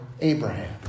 Abraham